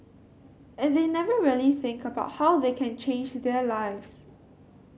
and they never really think about how they can change their lives